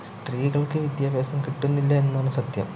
സ്ത്രീകൾക്ക് വിദ്യാഭ്യാസം കിട്ടുന്നില്ല എന്നുള്ളതാണ് സത്യം